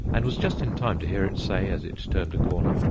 and was just in time to hear it say, as it turned a corner,